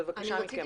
בבקשה מכם.